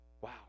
Wow